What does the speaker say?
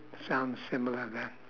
sounds similar there